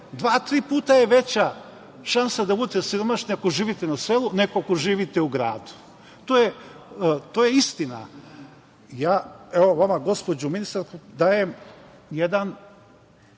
dva, tri puta je veća šansa da budete siromašni ako živite na selu, nego ako živite u gradu. To je istina. Evo vama, gospođo ministarko, dajem jedan